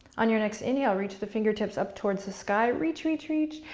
on your next inhale, reach the fingertips up towards the sky, reach reach reach.